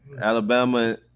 Alabama